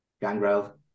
Gangrel